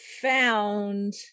found